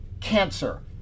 cancer